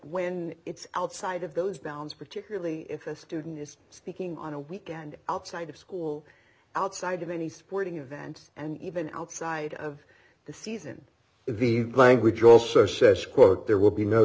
when it's outside of those bounds particularly if a student is speaking on a weekend outside of school outside of any sporting event and even outside of the season the language also says quote there will be no